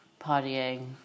partying